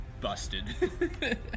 busted